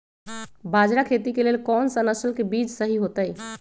बाजरा खेती के लेल कोन सा नसल के बीज सही होतइ?